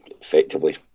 effectively